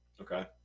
Okay